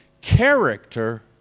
Character